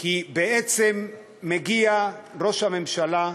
כי בעצם מגיע ראש הממשלה,